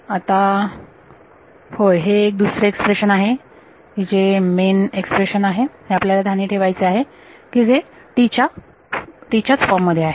आता होय हे एक दुसरे एक्सप्रेशन आहे की जे मुख्य एक्सप्रेशन आहे हे आपल्याला ध्यानी ठेवायचे आहे की जे T च्या च फॉर्ममध्ये आहे